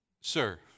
sir